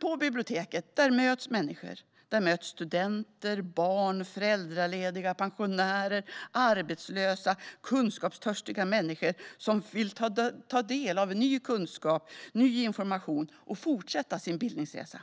På biblioteket möts människor. Där möts studenter, barn, föräldralediga, pensionärer och arbetslösa. Där möts kunskapstörstiga människor som vill ta del av ny kunskap och information och fortsätta sin bildningsresa.